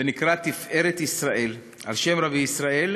ונקרא "תפארת ישראל" על שם רבי ישראל,